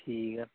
ਠੀਕ ਆ